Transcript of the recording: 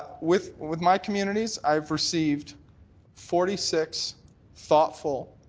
with with my communities i've received forty six thoughtful